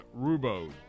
Rubo